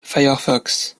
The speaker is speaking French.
firefox